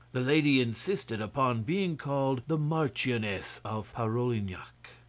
the lady insisted upon being called the marchioness of parolignac.